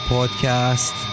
Podcast